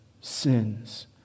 sins